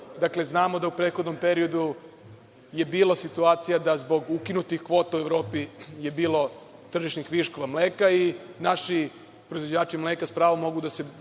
Dakle, znamo da u prethodnom periodu je bilo situacija da zbog ukinutih kvota u Evropi je bilo tržišnih viškova mleka i naši proizvođači mleka s pravom mogu da se